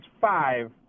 five